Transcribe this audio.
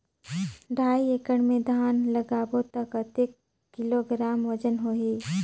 ढाई एकड़ मे धान लगाबो त कतेक किलोग्राम वजन होही?